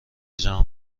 جهان